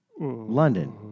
London